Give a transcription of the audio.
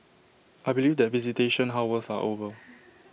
I believe that visitation hours are over